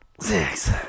six